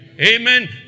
amen